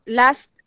last